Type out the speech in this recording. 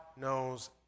knows